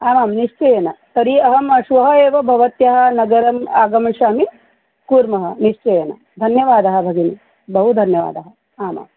आमां निश्चयेन तर्हि अहं श्वः एव भवत्याः नगरम् आगमिष्यामि कुर्मः निश्चयेन धन्यवादः भगिनी बहु धन्यवादः आमाम्